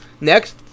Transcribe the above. next